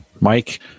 Mike